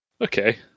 Okay